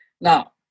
Now